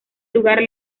lugar